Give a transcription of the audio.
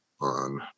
on